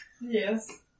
Yes